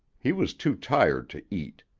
he was too tired to eat.